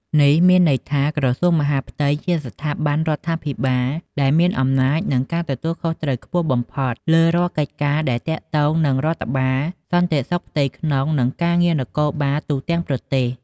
នេះមានន័យថា ក្រសួងមហាផ្ទៃជាស្ថាប័នរដ្ឋាភិបាលដែលមានអំណាចនិងការទទួលខុសត្រូវខ្ពស់បំផុតលើរាល់កិច្ចការដែលទាក់ទងនឹងរដ្ឋបាល សន្តិសុខផ្ទៃក្នុង និងការងារនគរបាលទូទាំងប្រទេស។